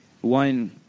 one—